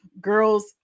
Girls